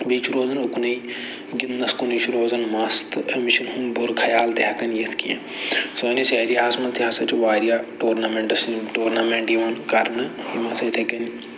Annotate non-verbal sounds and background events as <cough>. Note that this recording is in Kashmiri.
بیٚیہِ چھُ روزَن اُکنُے گِندنَس کُنُے چھُ روزان مَستہٕ أمِس چھِنہٕ ہُہ بُرٕ خیال تہِ ہٮ۪کان یِتھ کیٚنہہ سٲنِس اٮ۪ریاہَس منٛز تہِ ہسا چھِ واریاہ ٹورمٮ۪نٛٹٕس ٹورنَمٮ۪نٹ یِوان کرنہٕ یِمَن <unintelligible>